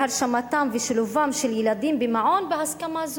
הודעת יושב-ראש ועדת הכנסת למליאה התקבלה.